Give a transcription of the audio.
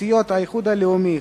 סיעות האיחוד הלאומי,